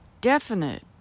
definite